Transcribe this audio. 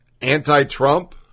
anti-Trump